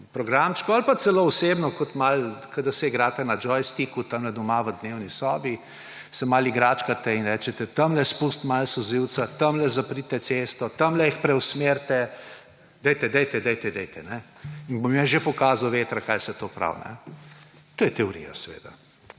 programčku ali pa celo osebno, kot da se igrate na joysticku tam doma v dnevni sobi, se malo igračkate in rečete: »Tam spusti malo solzivca, tam zaprite cesto, tam jih preusmerite, dajte, dajte, dajte, dajte! Jim bom jaz že pokazal vetra, kaj se to pravi!« To je seveda